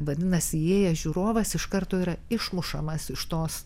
vadinasi įėjęs žiūrovas iš karto yra išmušamas iš tos